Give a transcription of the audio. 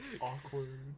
Awkward